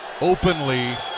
openly